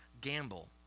gamble